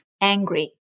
angry